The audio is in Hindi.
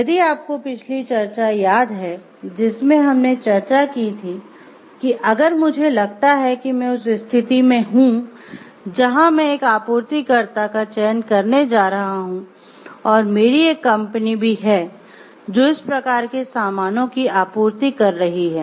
यदि आपको पिछली चर्चा याद है जिसमें हमने चर्चा की थी कि अगर मुझे लगता है कि मैं उस स्थिति में हूं जहां मैं एक आपूर्तिकर्ता का चयन करने जा रहा हूं और मेरी एक कंपनी भी है जो इस प्रकार के सामानों की आपूर्ति कर रही है